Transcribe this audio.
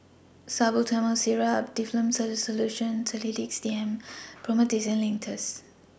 Salbutamol Syrup Difflam C Solution and Sedilix D M Promethazine Linctus